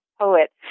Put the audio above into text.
poet